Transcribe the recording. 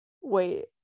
wait